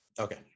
Okay